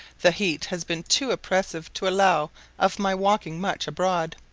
the heat has been too oppressive to allow of my walking much abroad.